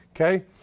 Okay